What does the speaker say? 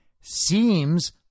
seems